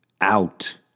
Out